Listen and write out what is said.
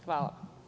Hvala.